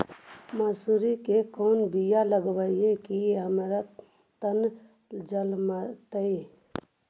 मसुरी के कोन बियाह लगइबै की अमरता न जलमतइ?